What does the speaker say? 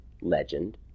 legend